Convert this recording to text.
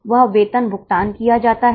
बस किराया परमिट की लागत कितनी है